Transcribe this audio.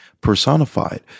personified